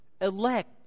elect